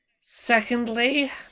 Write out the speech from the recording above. secondly